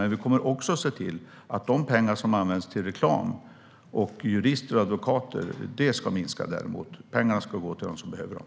Men vi kommer också att se till att de pengar som används till reklam och till jurister och advokater minskar. Pengarna ska gå till dem som behöver dem.